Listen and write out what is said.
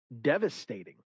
devastating